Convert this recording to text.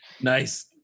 Nice